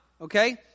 okay